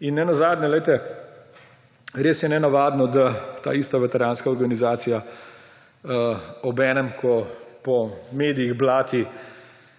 In nenazadnje, glejte, res je nenavadno, da ta ista veteranska organizacija, obenem ko po medijih blati